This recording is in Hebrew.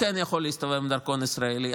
הוא כן יכול להסתובב עם דרכון ישראלי.